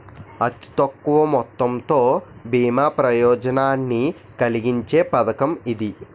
అతి తక్కువ మొత్తంతో బీమా ప్రయోజనాన్ని కలిగించే పథకం ఇది